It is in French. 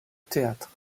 theatre